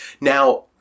Now